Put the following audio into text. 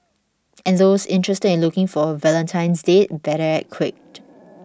and those interested in looking for a valentine's date better act quick